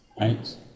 right